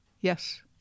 Yes